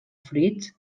fruits